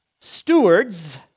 stewards